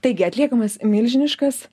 taigi atliekamas milžiniškas